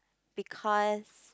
because